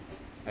I